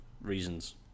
reasons